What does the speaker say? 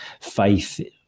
faith